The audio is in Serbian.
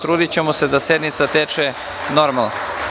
Trudićemo se da sednica teče normalno.